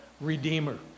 redeemer